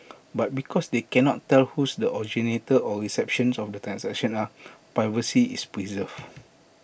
but because they cannot tell whose the originators or recipients of the transactions are privacy is preserved